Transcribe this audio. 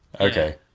okay